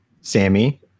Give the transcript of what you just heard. Sammy